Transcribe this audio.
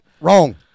Wrong